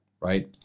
right